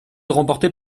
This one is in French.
remportée